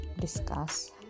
discuss